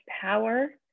power